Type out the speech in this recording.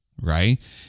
right